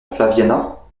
flaviana